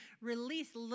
release